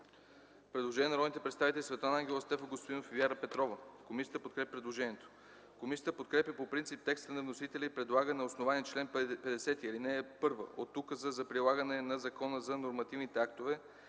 предложение на народните представители Светлана Ангелова, Стефан Господинов и Вяра Петрова. Комисията подкрепя предложението. Комисията подкрепя по принцип текста на вносителя и предлага на основание чл. 50, ал. 1 от Указа за прилагане на Закона за нормативните актове,